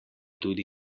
tudi